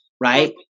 right